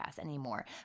anymore